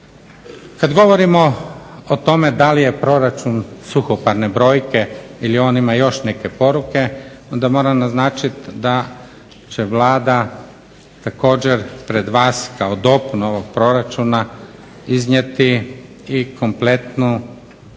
Kad govorimo o tome da li je proračun suhoparne brojke ili on ima još neke poruke onda moram naznačit da će Vlada također pred vas kao dopunu ovog proračuna iznijeti i kompletnu ja